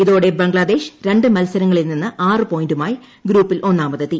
ഇതോടെ ബംഗ്ലാദേശ് രണ്ട് മൽസരങ്ങളിൽ നിന്ന് ആറു പോയിന്റുമായി ഗ്രൂപ്പിൽ ഒന്നാമതെത്തി